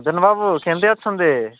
ଜନ ବାବୁ କେମିତି ଅଛନ୍ତି